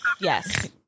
yes